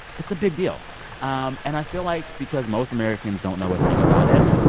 it's a big deal um and i feel like because most americans don't know a thing about it,